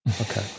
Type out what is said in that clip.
Okay